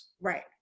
Right